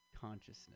consciousness